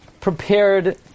prepared